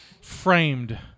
framed